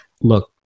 look